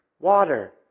water